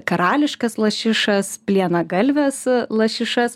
karališkas lašišas plienagalves lašišas